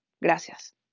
Gracias